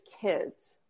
kids